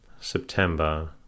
September